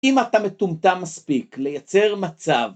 אם אתה מטומטם מספיק לייצר מצב